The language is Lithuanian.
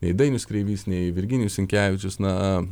nei dainius kreivys nei virginijus sinkevičius na